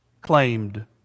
claimed